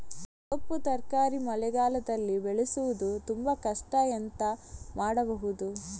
ಸೊಪ್ಪು ತರಕಾರಿ ಮಳೆಗಾಲದಲ್ಲಿ ಬೆಳೆಸುವುದು ತುಂಬಾ ಕಷ್ಟ ಎಂತ ಮಾಡಬಹುದು?